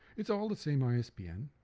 it's all the same isbn,